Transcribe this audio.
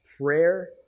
prayer